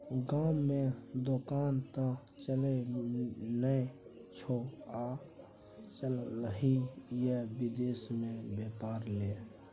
गाममे दोकान त चलय नै छौ आ चललही ये विदेश मे बेपार लेल